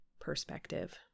perspective